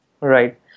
Right